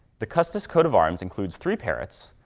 the custis coat of arms includes three parrots